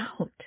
out